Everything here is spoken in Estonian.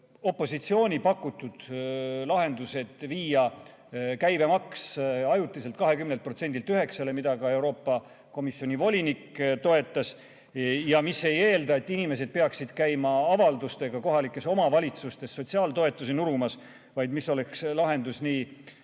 Opositsiooni pakutud lahendus viia käibemaks ajutiselt 20%‑lt 9%‑le, mida ka Euroopa Komisjoni volinik toetas ja mis ei eelda, et inimesed peaksid käima avaldustega kohalikes omavalitsustes sotsiaaltoetusi nurumas, vaid mis oleks lahendus nii